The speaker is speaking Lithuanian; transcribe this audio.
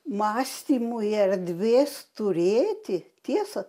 mąstymui erdvės turėti tiesą